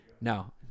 No